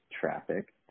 traffic